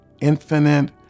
infinite